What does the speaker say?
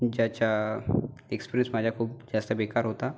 ज्याचा एक्सपिरियंस माझा खूप जास्त बेकार होता